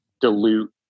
dilute